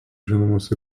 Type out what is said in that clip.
žinomos